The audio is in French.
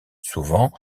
souvent